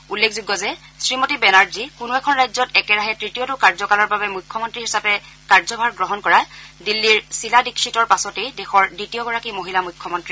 উল্লেখযোগ্য যে শ্ৰীমতী বেনাৰ্জী কোনো এখন ৰাজ্যত একেৰাহে তৃতীয়টো কাৰ্যকালৰ বাবে মুখ্যমন্ত্ৰী হিচাপে কাৰ্যভাৰ গ্ৰহণ কৰা দিল্লীৰ শীলা দীক্ষিতৰ পাছতেই দেশৰ দ্বিতীয়গৰাকী মহিলা মুখ্যমন্ত্ৰী